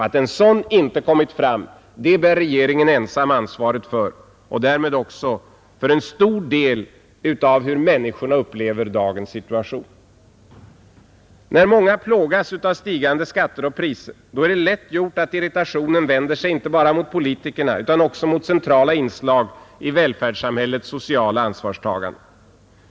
Att en sådan inte kommit fram bär regeringen ensam ansvaret för och därmed också en stor del av ansvaret för hur människorna upplever dagens situation. När många plågas av stigande skatter och priser är det lätt gjort att irritationen vänder sig inte bara mot politikerna utan också mot centrala inslag i välfärdssamhällets sociala ansvarstaganden.